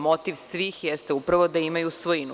Motiv svih jeste upravo da imaju svojinu.